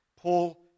Paul